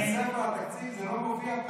בספר התקציב זה לא מופיע.